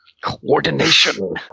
Coordination